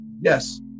yes